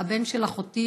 הבן של אחותי,